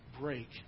break